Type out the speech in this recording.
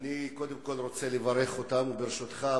אני קודם כול רוצה לברך אותם, ברשותך.